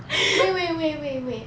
wait wait wait wait wait